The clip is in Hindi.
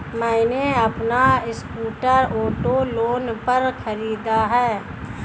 मैने अपना स्कूटर ऑटो लोन पर खरीदा है